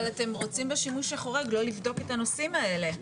אבל אתם רוצים בשימוש החורג לא לבדוק את הנושאים האלה.